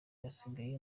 basigaye